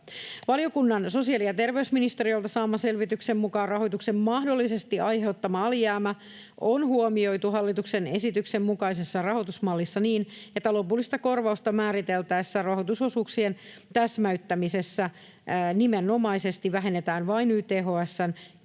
Valiokunnan sosiaali- ja terveysministeriöltä saaman selvityksen mukaan rahoituksen mahdollisesti aiheuttama alijäämä on huomioitu hallituksen esityksen mukaisessa rahoitusmallissa niin, että lopullista korvausta määriteltäessä rahoitusosuuksien täsmäyttämisessä nimenomaisesti vähennetään vain YTHS:n